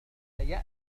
سيأتي